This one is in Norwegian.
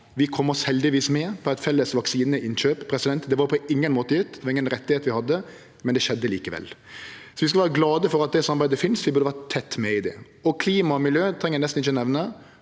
Vi kom oss heldigvis med på eit felles vaksineinnkjøp. Det var på ingen måte gjeve og ingen rett vi hadde, men det skjedde likevel. Vi skal vere glade for at det samarbeidet finst, og vi burde ha vore tett med i det. Klima og miljø treng eg nesten ikkje å nemne.